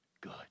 good